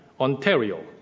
Ontario